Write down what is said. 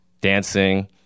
dancing